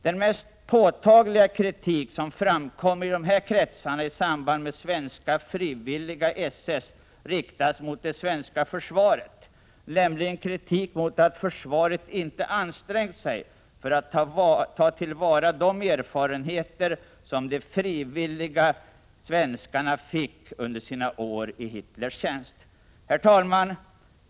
Den mest påtagliga kritik som framkommer i de här kretsarna i samband med svenska frivilliga i SS riktas mot det svenska försvaret, nämligen kritik mot att försvaret inte har ansträngt sig för att ta till vara de erfarenheter som de frivilliga svenskarna fick under sina år i Hitlers tjänst. Herr talman!